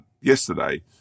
yesterday